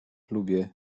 lubię